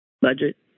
budget